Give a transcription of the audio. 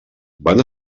van